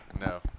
No